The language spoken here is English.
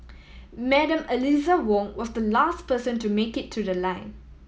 Madam Eliza Wong was the last person to make it to the line